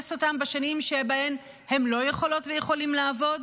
אותם בשנים שבהן הם לא יכולות ויכולים לעבוד,